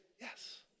yes